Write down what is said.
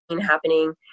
happening